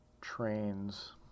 trains